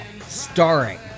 starring